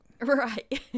Right